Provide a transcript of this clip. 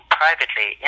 privately